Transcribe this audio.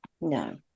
No